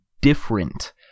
different